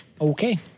Okay